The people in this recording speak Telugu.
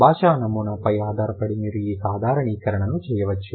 భాష నమూనాపై ఆధారపడి మీరు ఈ సాధారణీకరణను చేయవచ్చు